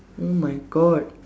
oh my God